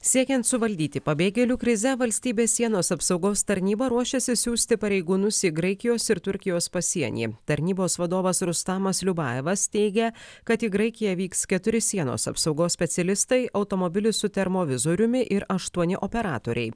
siekiant suvaldyti pabėgėlių krizę valstybės sienos apsaugos tarnyba ruošiasi siųsti pareigūnus į graikijos ir turkijos pasienį tarnybos vadovas rustamas liubajevas teigia kad į graikiją vyks keturi sienos apsaugos specialistai automobilis su termovizoriumi ir aštuoni operatoriai